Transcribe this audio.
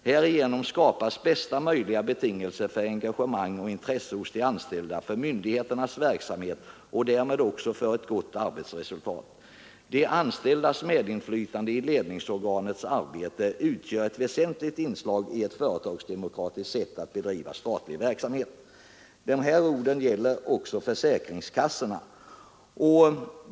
Härigenom skapas bästa möjliga betingelser för engagemang och intresse hos de anställda för myndighetens verksamhet och därmed också för ett gott arbetsresultat. De anställdas medinflytande i ledningsorganets arbete utgör ett väsentligt inslag i ett företagsdemokratiskt sätt att bedriva statlig verksamhet.” De här orden gäller också försäkringskassorna.